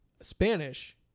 Spanish